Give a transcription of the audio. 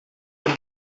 per